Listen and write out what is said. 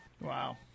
Wow